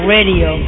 Radio